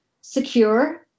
secure